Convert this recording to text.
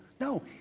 No